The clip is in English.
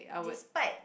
despite